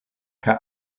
kaj